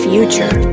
Future